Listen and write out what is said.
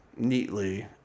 neatly